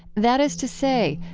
that is to say,